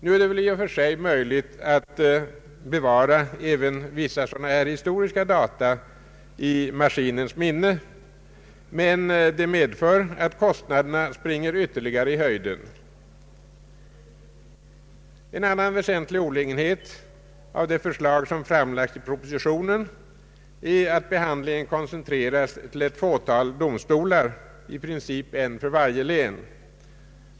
Nu är det i och för sig möjligt att bevara även vissa dylika historiska data i maskinens minne, men det medför att kostnaderna springer ytterligare i höjden. En annan väsentlig olägenhet av de förslag som framlagts i propositionen är att behandlingen koncentreras till ett fåtal domstolar, i princip en för varje län.